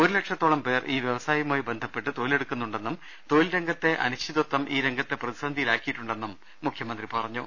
ഒരുലക്ഷത്തോളം പേർ ഈ വൃവസായവുമായി ബന്ധപ്പെട്ട് തൊഴിലെടുക്കുന്നുണ്ടെന്നും തൊഴിൽരംഗത്തെ അനിശ്ചിതത്വം ഈ രംഗത്തെ പ്രതിസന്ധിയിലാക്കിയിട്ടുണ്ടെന്നും മുഖ്യമന്ത്രി പറഞ്ഞു